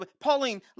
Pauline